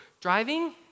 driving